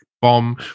Bomb